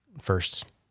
first